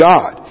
God